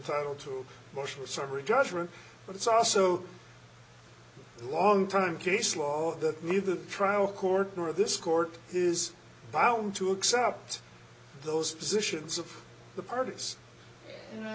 title to push for summary judgment but it's also a long time case law that made the trial court or this court is bound to accept those positions of the parties and